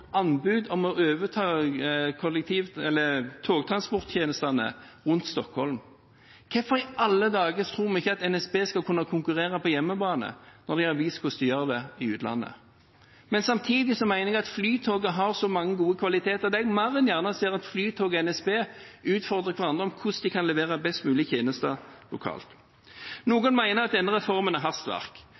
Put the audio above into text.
anbud om å overta togtransporttjenestene rundt Stockholm. Hvorfor i alle dager tror vi ikke at NSB skal kunne konkurrere på hjemmebane når de har vist hvordan de gjør det i utlandet? Men samtidig mener jeg at Flytoget har så mange gode kvaliteter at jeg mer enn gjerne ser Flytoget og NSB utfordre hverandre om hvordan de kan levere best mulig tjenester lokalt. Noen mener at denne reformen er hastverk.